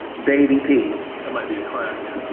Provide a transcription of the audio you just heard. baby pee that might be a crime now, though